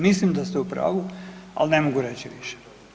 Mislim da ste u pravu ali ne mogu reći više.